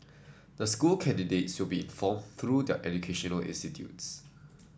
the school candidates will be informed through their educational institutes